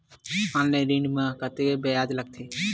Online ऋण म कतेकन ब्याज लगथे?